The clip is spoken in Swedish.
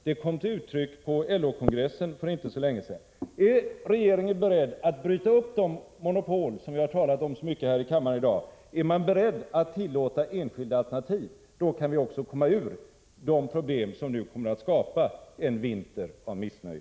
Det kom till uttryck på LO-kongressen för inte så länge sedan. Är regeringen beredd att bryta upp de monopol som vi har talat så mycket om här i kammaren i dag? Är man beredd att tillåta enskilda alternativ? Då kan vi också komma ur de problem som nu kommer att skapa en vinter av missnöje.